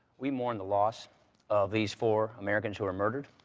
we mourn the loss of these four americans who were murdered.